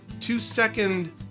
two-second